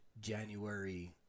January